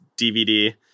dvd